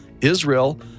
Israel